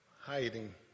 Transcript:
hiding